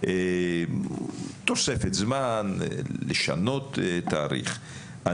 תוספת זמן, לשנות תאריך.